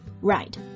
Right